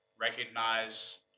Recognize